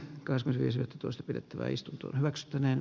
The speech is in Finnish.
kasperi sen toista pidettävä istunto maksattaneen